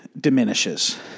diminishes